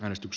äänestys